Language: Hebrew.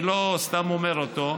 אני לא סתם אומר אותו.